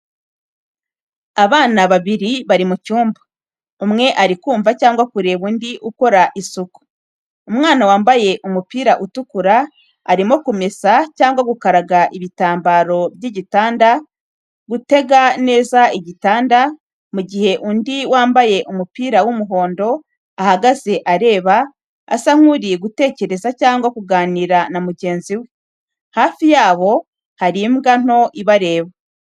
Abana babiri bari mu cyumba, umwe ari kumva cyangwa kureba undi ukora isuku. Umwana wambaye umupira utukura arimo kumesa cyangwa gukaraga ibitambaro by’igitanda guteza neza igitanda, mu gihe undi wambaye umupira w’umuhondo ahagaze areba, asa nk’uri gutekereza cyangwa kuganira na mugenzi we. Hafi yabo hari imbwa nto ibareba.